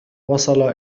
وصل